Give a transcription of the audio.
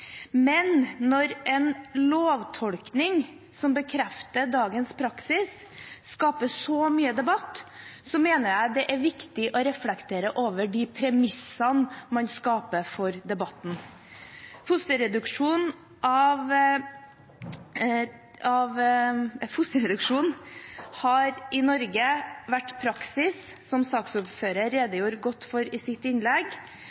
Men når en lovtolkning som bekrefter dagens praksis, skaper så mye debatt, mener jeg det er viktig å reflektere over de premissene man skaper for debatten. Fosterreduksjon har i Norge vært praksis, som saksordføreren redegjorde godt for i sitt innlegg,